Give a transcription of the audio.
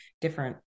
different